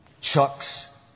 Chuck's